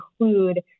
include